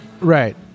Right